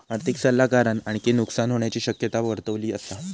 आर्थिक सल्लागारान आणखी नुकसान होण्याची शक्यता वर्तवली असा